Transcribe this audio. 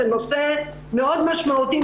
זה נושא מאוד משמעותי,